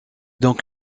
donc